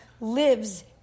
lives